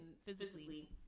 physically